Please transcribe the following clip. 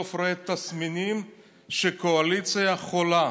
סוף-סוף רואה תסמינים שהקואליציה חולה,